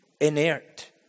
inert